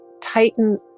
tighten